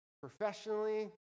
professionally